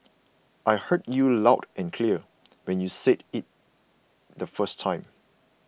I heard you loud and clear when you said it the first time